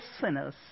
sinners